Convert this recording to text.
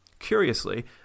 Curiously